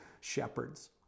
shepherds